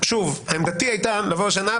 שוב עמדתי הייתה לבוא עוד שנה,